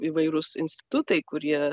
įvairūs institutai kurie